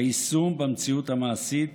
היישום במציאות המעשית